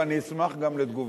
ואני גם אשמח לתגובתך,